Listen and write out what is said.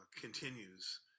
continues